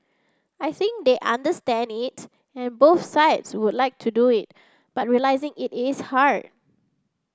I think they understand it and both sides would like to do it but realising it is hard